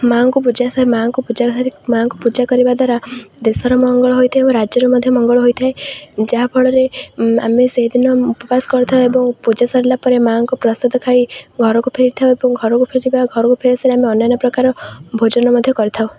ମାଁ'ଙ୍କୁ ପୂଜା ମାଁ'ଙ୍କୁ ପୂଜା ସାରି ମାଁ'ଙ୍କୁ ପୂଜା କରିବା ଦ୍ୱାରା ଦେଶର ମଙ୍ଗଳ ହୋଇଥାଏ ଏବଂ ରାଜ୍ୟରୁ ମଧ୍ୟ ମଙ୍ଗଳ ହୋଇଥାଏ ଯାହାଫଳରେ ଆମେ ସେଇଦିନ ଉପବାସ କରିଥାଉ ଏବଂ ପୂଜା ସରିଲା ପରେ ମାଁ'ଙ୍କୁ ପ୍ରସାଦ ଖାଇ ଘରକୁ ଫେରିଥାଉ ଏବଂ ଘରକୁ ଫେରିବା ଘରକୁ ଫେରିସାରିଲା ପରେ ଆମେ ଅନ୍ୟାନ୍ୟ ପ୍ରକାର ଭୋଜନ ମଧ୍ୟ କରିଥାଉ